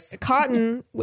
cotton